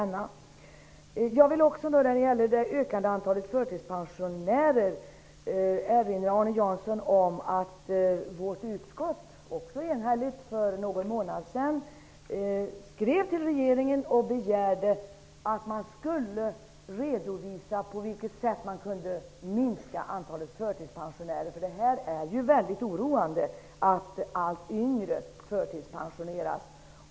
När det gäller det ökande antalet förtidspensionärer vill jag erinra Arne Jansson om att vårt utskott -- också enhälligt -- för någon månad sedan skrev till regeringen och begärde att man skulle redovisa på vilket sätt man kunde minska antalet förtidspensioneringar. Det är väldigt oroande att allt yngre människor förtidspensioneras.